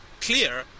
clear